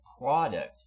product